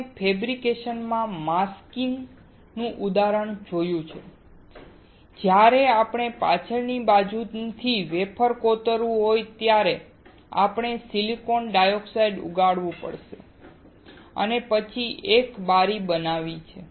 આપણે ફેબ્રિકેશન માં માસ્કિંગ નું ઉદાહરણ જોયું છે કે જ્યારે આપણે પાછળની બાજુથી વેફર કોતરવું હોય ત્યારે આપણે સિલિકોન ડાયોક્સાઇડ ઉગાડવું પડે છે અને પછી એક બારી બનાવી છે